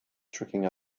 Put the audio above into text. tricking